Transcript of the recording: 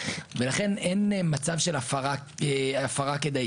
ולכן אין מצב של הפרה כדאית.